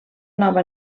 nova